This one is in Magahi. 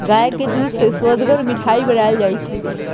गाय के दूध से सुअदगर मिठाइ बनाएल जाइ छइ